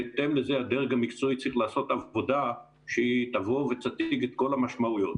בהתאם לזה הדרג המקצועי צריך לעשות עבודה שתבוא ותציג את כל המשמעויות.